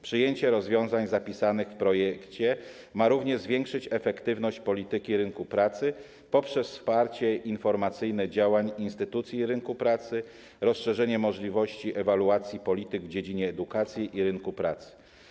Przyjęcie rozwiązań zapisanych w projekcie ma również zwiększyć efektywność polityki rynku pracy poprzez wsparcie informacyjne działań instytucji rynku pracy, rozszerzenie możliwości ewaluacji polityk w dziedzinie edukacji i rynku pracy.